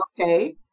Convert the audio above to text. Okay